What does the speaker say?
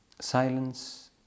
silence